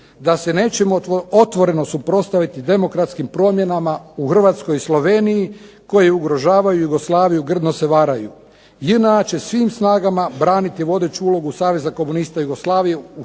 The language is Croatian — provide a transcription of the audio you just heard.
da se nećemo otvoreno suprotstaviti demokratskim promjenama u Hrvatskoj i Sloveniji koji ugrožavaju Jugoslaviju, grdno se varaju. JNA će svim snagama braniti vodeću ulogu Saveza Komunista Jugoslavije u